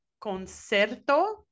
concierto